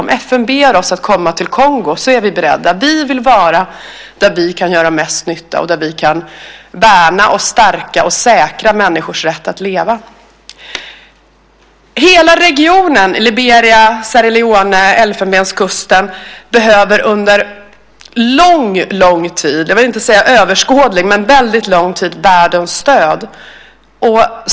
Om FN ber oss att komma till Kongo är vi beredda. Vi vill vara där vi kan göra mest nytta och där vi kan värna, stärka och säkra människors rätt att leva. Hela regionen Liberia, Sierra Leone, Elfenbenskusten behöver under lång, lång tid - jag vill inte säga överskådlig men väldigt lång tid - världens stöd.